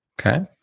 Okay